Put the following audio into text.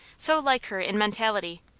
so like her in mentality,